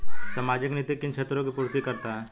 सामाजिक नीति किन क्षेत्रों की पूर्ति करती है?